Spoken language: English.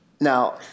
Now